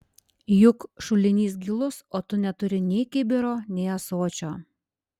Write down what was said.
juk šulinys gilus o tu neturi nei kibiro nei ąsočio